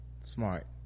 smart